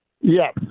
Yes